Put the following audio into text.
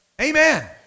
Amen